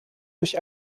durch